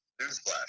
Newsflash